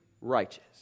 righteous